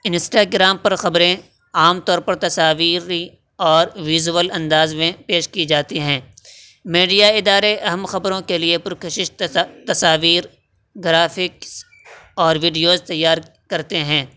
Instagram پر خبریں عام طور پر تصاویری اور ویزول انداز میں پیش کی جاتے ہیں میڈیا ادارے اہم خبروں کے لیے پرکشش تصاویر گرافکس اور ویڈیوز تیار کرتے ہیں